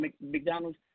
McDonald's